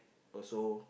also